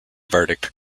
verdict